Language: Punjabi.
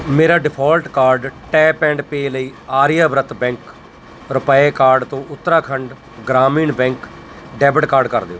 ਮੇਰਾ default card tap and pay ਲਈ ਆਰਿਆਵਰਤ ਬੈਂਕ ਰੁਪੇ ਕਾਰਡ ਤੋਂ Uttarakhand Gramin bank debit card ਕਰ ਦਿਓ